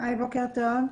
בוקר טוב.